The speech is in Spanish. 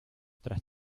tras